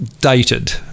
dated